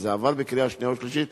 וזה עבר לקריאה שנייה ושלישית,